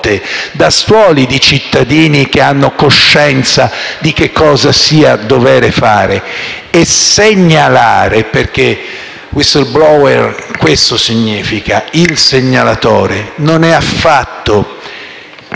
da stuoli di cittadini che hanno coscienza di cosa sia dovere fare e segnalare - perché il termine *whistleblower* questo significa: il segnalatore - non è affatto